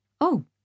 Oh